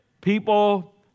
people